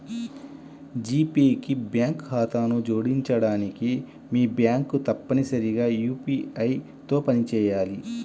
G Pay కి bank ఖాతాను జోడించడానికి, మీ బ్యాంక్ తప్పనిసరిగా యూ.పీ.ఐ తో పనిచేయాలి